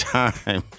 time